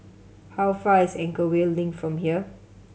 how far is Anchorvale Link from here